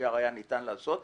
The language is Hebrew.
ניתן היה לעשות את זה.